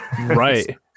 right